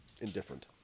indifferent